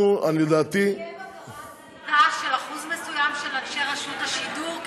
של אחוז מסוים של אנשי רשות השידור,